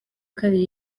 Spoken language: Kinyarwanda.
kabiri